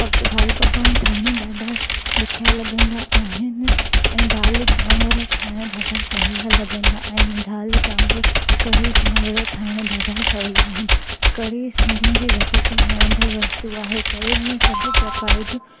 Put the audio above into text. पक दाल पकवान ठाहिणु ॾाढा ॾुखिया लॻंदा आहिनि ऐं दाल चांवर ठाहिणु ॾाढा सवला लॻंदा आहिनि दाल चांवर कढ़ी चांवर ठाहिणु ॾाढा सवला आहिनि कढ़ी सिंधियुनि जी वधीक वणंदड़ वस्तू आहे कढ़ी में सभु प्रकार जूं